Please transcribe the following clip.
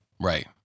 Right